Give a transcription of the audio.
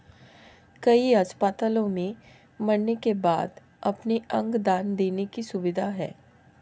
कई अस्पतालों में मरने के बाद अपने अंग दान देने की सुविधा है